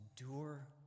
endure